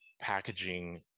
packaging